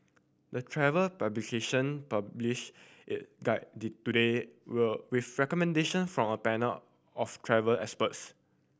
the travel publication published its guide today will recommendation from a panel of travel experts